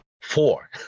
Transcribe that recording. Four